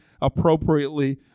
appropriately